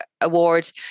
award